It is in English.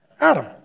Adam